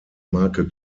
marke